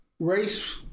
Race